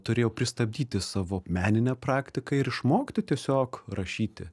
turėjau pristabdyti savo meninę praktiką ir išmokti tiesiog rašyti